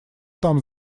там